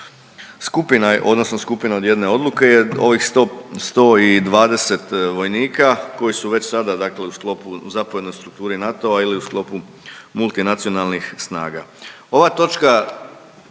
skupina od jedne odluke je ovih 120 vojnika koji su već sada u sklopu zapovjednoj strukturi NATO-a ili u sklopu multinacionalnih snaga.